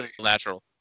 natural